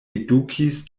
edukis